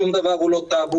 שום דבר הוא לא טאבו,